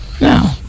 no